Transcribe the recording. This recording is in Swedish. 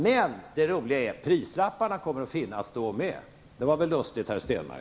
Men det roliga, Per Stenmarck, är att prislapparna ändå kommer att finnas kvar.